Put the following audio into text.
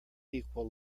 equal